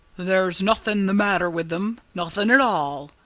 there's nothing the matter with them nothing at all,